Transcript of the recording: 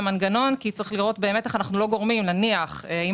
כי צריך לראות איך אנחנו לא גורמים נניח אם